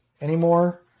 anymore